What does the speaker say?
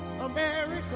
America